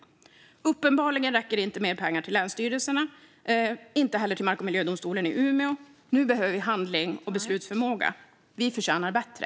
Uppenbarligen räcker det inte med mer pengar till länsstyrelserna, inte heller till Mark och miljödomstolen i Umeå. Nu behöver vi handling och beslutsförmåga. Vi förtjänar bättre!